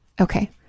Okay